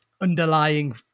underlying